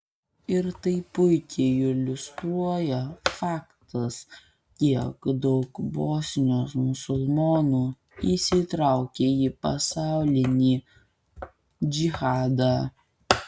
ir tai puikiai iliustruoja faktas kiek daug bosnijos musulmonų įsitraukė į pasaulinį džihadą